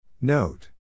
Note